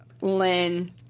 Lynn